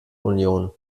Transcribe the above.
union